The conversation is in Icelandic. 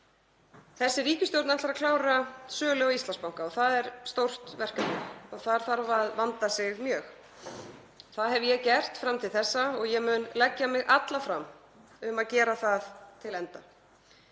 Þessi ríkisstjórn ætlar að klára sölu á Íslandsbanka. Það er stórt verkefni og þar þarf að vanda sig mjög. Það hef ég gert fram til þessa og ég mun leggja mig alla fram um að gera það til enda.